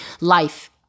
life